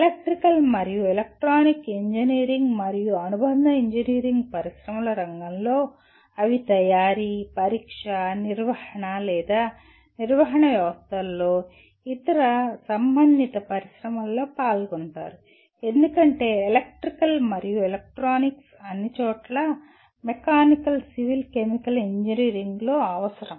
electrical మరియు electronic engineering మరియు అనుబంధ ఇంజనీరింగ్ పరిశ్రమల రంగంలో అవి తయారీ పరీక్ష నిర్వహణ లేదా నిర్వహణ వ్యవస్థలలో ఇతర సంబంధిత పరిశ్రమలలో పాల్గొంటారు ఎందుకంటే ఎలక్ట్రికల్ మరియు ఎలక్ట్రానిక్స్ అన్ని చోట్ల మెకానికల్ సివిల్ కెమికల్ ఇంజనీరింగ్ లో అవసరం